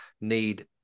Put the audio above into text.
need